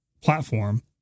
platform